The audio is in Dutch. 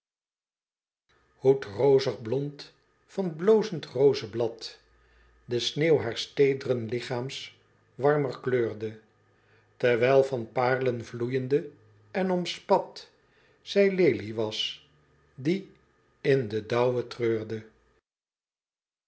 hoe t rozig blond van t blozend rozeblad de sneeuw haars teedren lichaams warmer kleurde terwijl van paerlen vloeyende en omspat zij lelie was die in den dauwe treurde